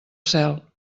cel